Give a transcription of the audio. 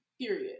period